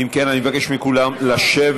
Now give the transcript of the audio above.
אם כן, אבקש מכולם לשבת.